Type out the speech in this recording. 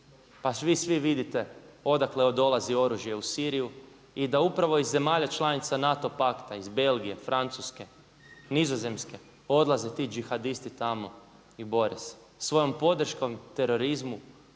pa vi svi vidite odakle dolazi oružje u Siriju i da upravo iz zemalja članica NATO pakta, iz Belgije, Francuske, Nizozemske odlaze ti đihadisti tamo i bore se. Svojom podrškom terorizmu